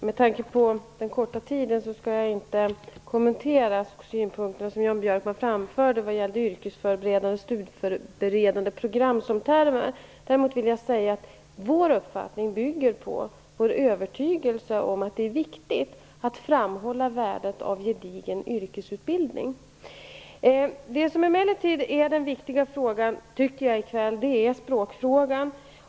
Herr talman! Med tanke på den korta tid som återstår skall jag inte kommentera den synpunkt som Jan Björkman framförde vad gällde termerna yrkesförberedande och studieförberedande. Däremot vill jag säga att vår uppfattning bygger på övertygelsen om att det är viktigt att framhålla värdet av gedigen yrkesutbildning. Men den viktiga frågan i kväll är emellertid språkfrågan.